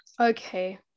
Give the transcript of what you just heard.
Okay